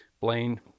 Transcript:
Blaine